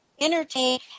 entertain